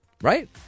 right